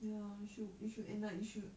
ya you should you should and like you should